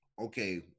okay